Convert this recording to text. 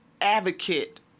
advocate